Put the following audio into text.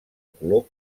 color